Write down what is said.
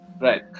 Right